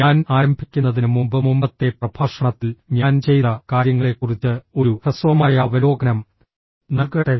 ഞാൻ ആരംഭിക്കുന്നതിന് മുമ്പ് മുമ്പത്തെ പ്രഭാഷണത്തിൽ ഞാൻ ചെയ്ത കാര്യങ്ങളെക്കുറിച്ച് ഒരു ഹ്രസ്വമായ അവലോകനം നൽകട്ടെ